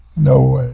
no